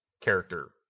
character